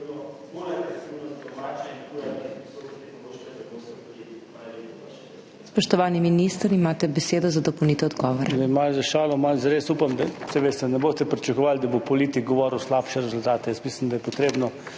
Spoštovani minister, imate besedo za dopolnitev odgovora.